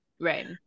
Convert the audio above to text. Right